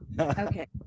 okay